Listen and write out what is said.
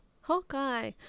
Hawkeye